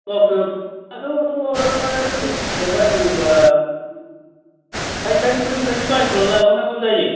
गावसोरनियावथ' जोंनिथिं बायनांगौब्ला फायखारिफोरनिफ्रायसो बायस'नानै लाबोनांगौ जायो